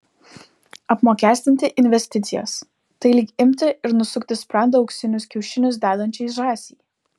apmokestinti investicijas tai lyg imti ir nusukti sprandą auksinius kiaušinius dedančiai žąsiai